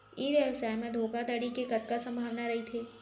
ई व्यवसाय म धोका धड़ी के कतका संभावना रहिथे?